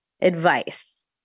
advice